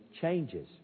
changes